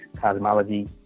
cosmology